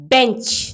Bench